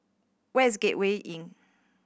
where is Gateway Inn